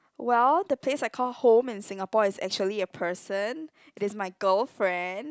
well the place I called home in Singapore is actually a person it is my girlfriend